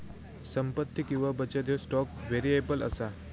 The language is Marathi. संपत्ती किंवा बचत ह्यो स्टॉक व्हेरिएबल असा